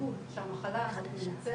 ההתנהגות שהמחלה הזו מייצרת.